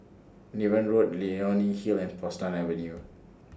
Niven Road Leonie Hill and Portsdown Avenue